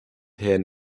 herrn